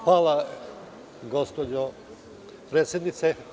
Hvala, gospođo predsednice.